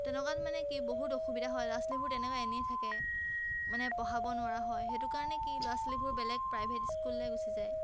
তেনেকুৱাত মানে কি বহুত অসুবিধা হয় ল'ৰা ছোৱালীবোৰ তেনেকৈ এনেই থাকে মানে পঢ়াব নোৱাৰা হয় সেইটো কাৰণে কি ল'ৰা ছোৱালীবোৰ বেলেগ প্ৰাইভেট স্কুললৈ গুচি যায়